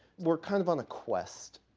we're kind of on a quest.